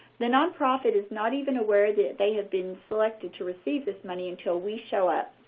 the nonprofit is not even aware that they have been selected to receive this money until we show up.